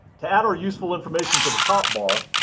to add our useful information to the top bar,